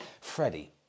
Freddie